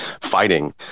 fighting